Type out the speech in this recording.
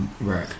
Right